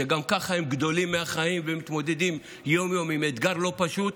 שגם כך הם גדולים מהחיים והם מתמודדים יום-יום עם אתגר לא פשוט,